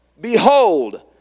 behold